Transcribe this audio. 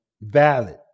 valid